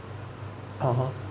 (uh huh)